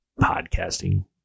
podcasting